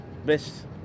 best